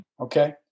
Okay